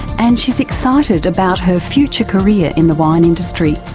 and she's excited about her future career in the wine industry.